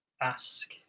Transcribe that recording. ask